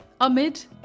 amid